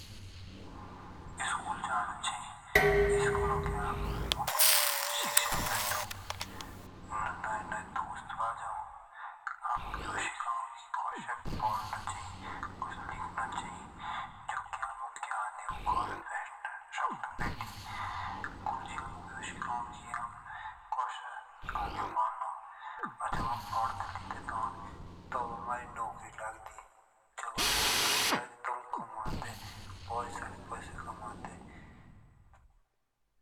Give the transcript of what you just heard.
स्कूल जाना चाहिए स्कूल आमुख शिक्षा बैठो नए नए दोस्त बैठो आमुख यो सीकाओ कोसो पढ़ना चाहिए कोसो लिखनो चाहिए जोकि आमुख ज्ञान घर सकीना बेटी गुरूजी आमुख कोसे आगे बढ़ने जब हम पढ़े लिखड़े। तब हमारी नौकरी लगड़ी। जब हमारी नौकरी लगड़ी तब हम के सारे पैसे कमादी।